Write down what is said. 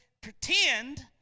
pretend